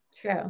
True